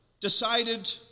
decided